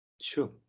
Sure